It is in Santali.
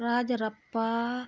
ᱨᱟᱡᱽᱨᱟᱯᱯᱟ